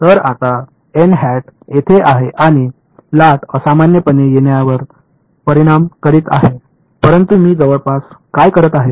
तर आता येथे आहे आणि लाट असामान्यपणे येण्यावर परिणाम करीत आहे परंतु मी जवळपास काय करत आहे